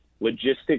logistics